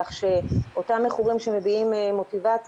כך שאותם מכורים שמביעים מוטיבציה